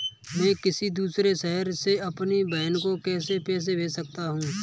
मैं किसी दूसरे शहर से अपनी बहन को पैसे कैसे भेज सकता हूँ?